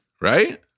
right